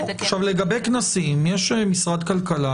לגבי כנסים, יש משרד כלכלה.